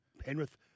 Penrith